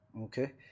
okay